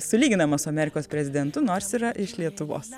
sulyginama su amerikos prezidentu nors yra iš lietuvos